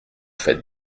faites